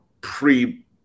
pre